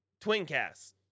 Twincast